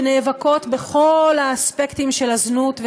שנאבקות בכל האספקטים של הזנות,